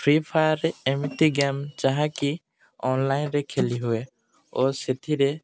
free Fire ଏମିତି game ଯାହାକି ଅନଲାଇନ୍ରେ ଖେଲି ହୁଏ ଓ ସେଥିରେ